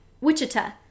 Wichita